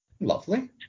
Lovely